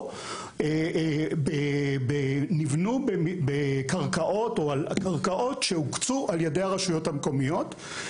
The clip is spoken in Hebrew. או נבנו על קרקעות שהוקצו ע"י הרשויות המקומיות,